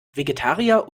vegetarier